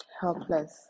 helpless